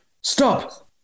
stop